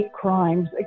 crimes